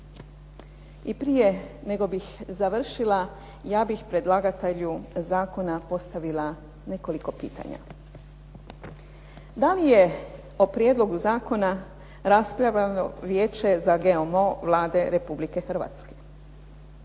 I prije nego bih završila ja bih predlagatelju zakona postavila nekoliko pitanja. Da li je o prijedlogu zakona raspravljalo Vijeće za GMO Vlade RH?